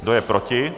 Kdo je proti?